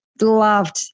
Loved